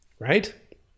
right